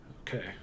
okay